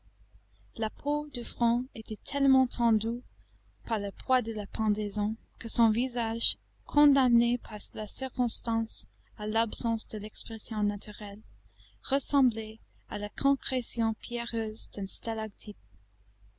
la peau du front était tellement tendue par le poids de la pendaison que son visage condamné par la circonstance à l'absence de l'expression naturelle ressemblait à la concrétion pierreuse d'un stalagtite